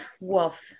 Wolf